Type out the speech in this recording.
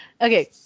Okay